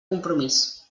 compromís